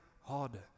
harder